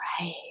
right